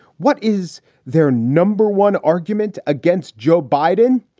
what is their number one argument against joe biden?